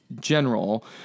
general